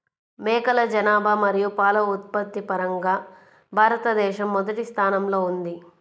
మేకల జనాభా మరియు పాల ఉత్పత్తి పరంగా భారతదేశం మొదటి స్థానంలో ఉంది